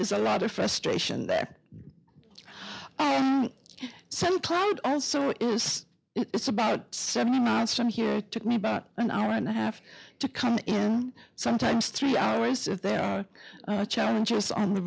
is a lot of frustration there some cloud as it's about seventy miles from here took me about an hour and a half to come in sometimes three hours if there are challenges on the